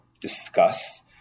discuss